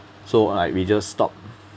so like we just stop